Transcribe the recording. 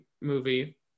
movie